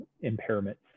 impairment